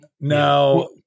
Now